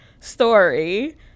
story